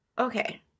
okay